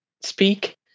speak